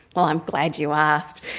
well i'm glad you asked.